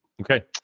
okay